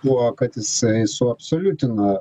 tuo kad jisai suabsoliutina